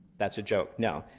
that's a joke. no,